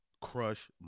Crush